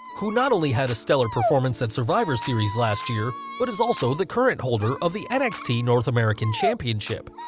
who not only had a stellar performance at survivor series last year, but is also the current holder of the nxt north american championship.